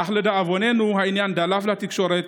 אך לדאבוננו העניין דלף לתקשורת